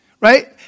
right